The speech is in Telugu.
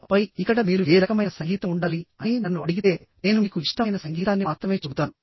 ఆపై ఇక్కడ మీరు ఏ రకమైన సంగీతం ఉండాలి అని నన్ను అడిగితే నేను మీకు ఇష్టమైన సంగీతాన్ని మాత్రమే చెబుతాను